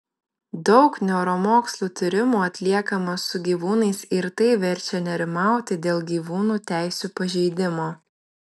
daug neuromokslų tyrimų atliekama su gyvūnais ir tai verčia nerimauti dėl gyvūnų teisių pažeidimo